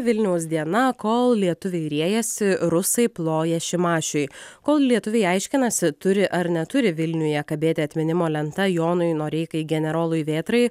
vilniaus diena kol lietuviai riejasi rusai ploja šimašiui kol lietuviai aiškinasi turi ar neturi vilniuje kabėti atminimo lenta jonui noreikai generolui vėtrai